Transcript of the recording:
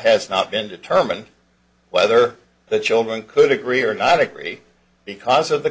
has not been determined whether the children could agree or not agree because of the